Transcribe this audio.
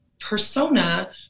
persona